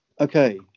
okay